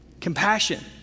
compassion